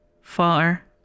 far